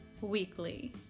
weekly